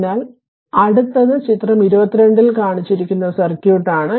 അതിനാൽ അടുത്തത് ചിത്രം 22 ൽ കാണിച്ചിരിക്കുന്ന സർക്യൂട്ടാണ്